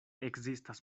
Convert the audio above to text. ekzistas